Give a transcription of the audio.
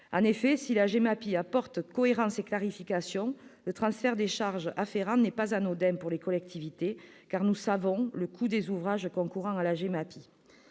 En effet, si la GEMAPI apporte cohérence et clarification, le transfert de charges afférent n'est pas anodin pour les collectivités, car nous savons le coût des ouvrages concourant à la GEMAPI.